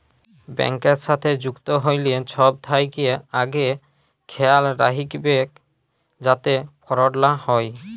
ব্যাংকের সাথে যুক্ত হ্যলে ছব থ্যাকে আগে খেয়াল রাইখবেক যাতে ফরড লা হ্যয়